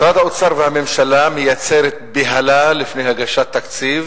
משרד האוצר והממשלה מייצרים בהלה לפני הגשת תקציב